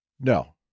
No